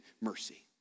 mercy